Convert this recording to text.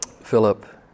Philip